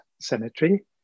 cemetery